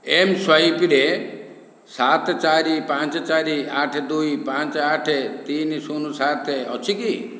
ଏମ୍ସ୍ୱାଇପରେ ସାତ ଚାରି ପାଞ୍ଚ ଚାରି ଆଠ ଦୁଇ ପାଞ୍ଚ ଆଠ ତିନି ଶୂନ ସାତ ଅଛି କି